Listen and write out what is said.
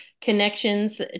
connections